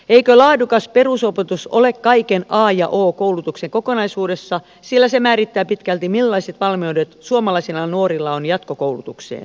eikö laadukas perusopetus ole kaiken a ja o koulutuksen kokonaisuudessa sillä se määrittää pitkälti millaiset valmiu det suomalaisilla nuorilla on jatkokoulutukseen